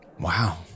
Wow